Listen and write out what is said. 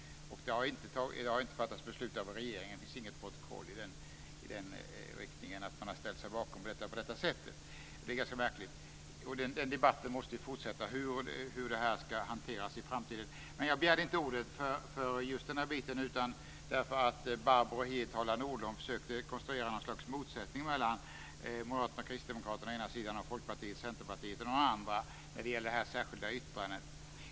Det har inte fattats beslut av regeringen. Det finns inget protokoll om att man har ställt sig bakom detta på det här sättet. Det är ganska märkligt. Debatten om hur det här ska hanteras i framtiden måste ju fortsätta. Men jag begärde inte ordet av just denna anledning utan därför att Barbro Hietala Nordlund försökte att konstruera något slags motsättning mellan Moderaterna och Kristdemokraterna å ena sidan och Folkpartiet, Centerpartiet och några andra å den andra när det gäller det särskilda yttrandet.